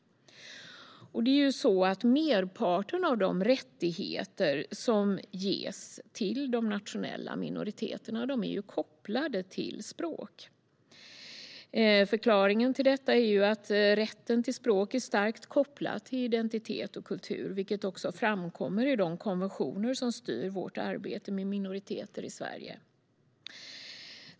Merparten av rättigheterna som ges till de nationella minoriteterna är kopplade till språk. Förklaringen till detta är att rätten till språk är starkt kopplad till identitet och kultur, vilket också framkommer i de konventioner som styr vårt arbete med minoriteter i Sverige.